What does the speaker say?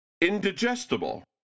indigestible